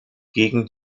gegen